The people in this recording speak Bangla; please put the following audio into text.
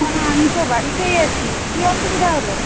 হ্যাঁ আমি তো বাড়িতেই আছি কী অসুবিধা হল